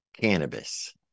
cannabis